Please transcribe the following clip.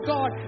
God